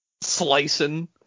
slicing